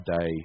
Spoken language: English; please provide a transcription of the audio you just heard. day